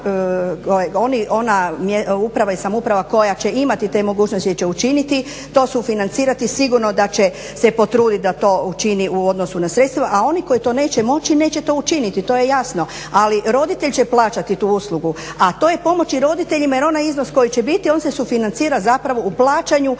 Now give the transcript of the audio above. koja će imati te mogućnosti će učiniti, to sufinancirati. Sigurno da će se potruditi da to učini u odnosu na sredstva, a oni koji to neće moći neće to učiniti, to je jasno. Ali, roditelj će plaćati tu uslugu, a to je pomoć i roditeljima jer onaj iznos koji će biti on se sufinancira zapravo u plaćanju